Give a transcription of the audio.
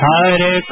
Hare